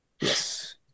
Yes